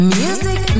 music